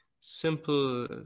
simple